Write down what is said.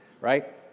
Right